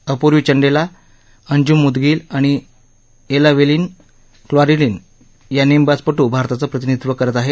अपुर्वी चांडेला अंजुम मुदगील आणि एलावेनील वलारीवन या नेमबाजपटू भारताचं प्रतिनिधीत्व करत आहेत